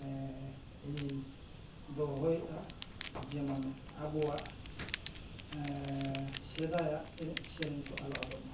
ᱤᱧᱤᱧ ᱫᱚᱦᱚᱭᱮᱜᱼᱟ ᱡᱮᱢᱚᱱ ᱟᱵᱚᱣᱟᱜ ᱥᱮᱫᱟᱭᱟᱜ ᱮᱱᱮᱡ ᱥᱮᱨᱮᱧ ᱠᱚ ᱟᱞᱚ ᱟᱫᱚᱜ ᱢᱟ